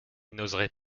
n’oserait